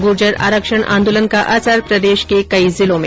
गुर्जर आरक्षण आंदोलन का असर प्रदेश के कई जिलों में